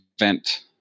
event